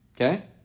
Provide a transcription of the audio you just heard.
Okay